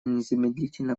незамедлительно